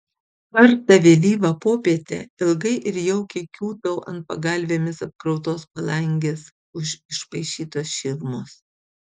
kartą vėlyvą popietę ilgai ir jaukiai kiūtau ant pagalvėmis apkrautos palangės už išpaišytos širmos